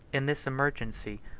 in this emergency,